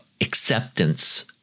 acceptance